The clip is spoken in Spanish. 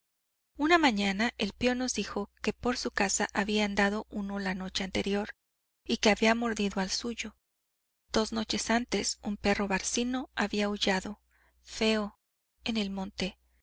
una mañana el peón nos dijo que por su casa había andado uno la noche anterior y que había mordido al suyo dos noches antes un perro barcino había aullado feo en el monte